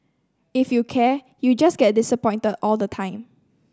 if you care you just get disappointed all the time